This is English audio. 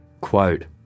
quote